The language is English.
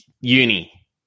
uni